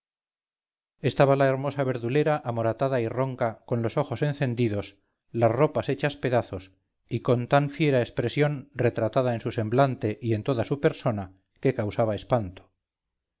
estaba la hermosa verdulera amoratada y ronca con los ojos encendidos las ropas hechas pedazos y con tan fiera expresión retratada en su semblante y en toda su persona que causaba espanto